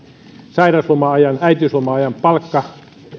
sairausloma ajan äitiysloma ajan palkka